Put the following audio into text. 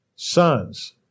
Sons